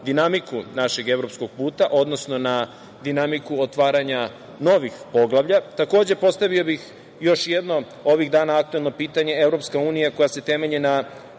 dinamiku našeg evropskog puta, odnosno na dinamiku otvaranja novih poglavlja? Takođe, postavio bih još jedno, ovih dana aktuelno, pitanje. Evropska unija koja se temelji na